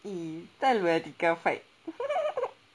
!ee! entah lah tiqa fight